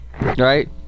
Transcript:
Right